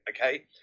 okay